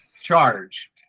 charge